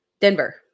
Denver